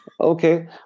Okay